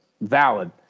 Valid